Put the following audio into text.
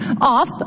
off